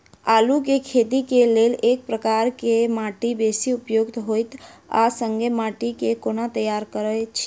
आलु केँ खेती केँ लेल केँ प्रकार केँ माटि बेसी उपयुक्त होइत आ संगे माटि केँ कोना तैयार करऽ छी?